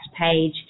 page